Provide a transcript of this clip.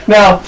Now